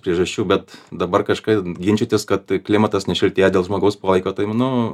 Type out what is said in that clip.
priežasčių bet dabar kažkai ginčytis kad klimatas nešiltėja dėl žmogaus poveikio tai manau